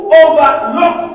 overlook